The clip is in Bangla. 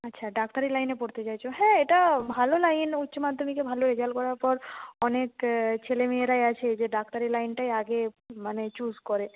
আচ্ছা ডাক্তারির লাইনে পড়তে চাইছ হ্যাঁ এটা ভালো লাইন উচ্চমাধ্যমিকে ভালো রেজাল্ট করার পর অনেক ছেলেমেয়েরাই আছে যে ডাক্তারি লাইনটাই আগে মানে চুজ করে